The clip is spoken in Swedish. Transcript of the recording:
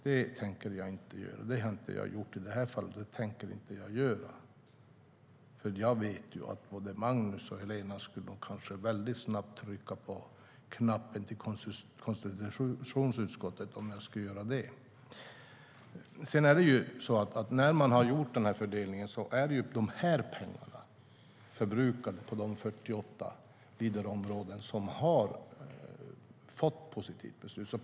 Det har jag inte gjort i det här fallet, och det tänker jag inte göra. Jag vet att både Magnus Oscarsson och Helena Lindahl mycket snabbt skulle trycka på knappen till konstitutionsutskottet om jag gjorde så. När nu denna fördelning har gjorts har de pengarna förbrukats på de 48 Leaderområden som har fått ett positivt beslut.